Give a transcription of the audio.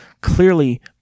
clearly